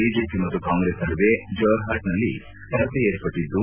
BJP ಮತ್ತು ಕಾಂಗ್ರೆಸ್ ನಡೆವೆ ಜೊರ್ಚಾಟ್ನಲ್ಲಿ ಸ್ಪರ್ಧೆ ವಿರ್ಷಟ್ಟದ್ದು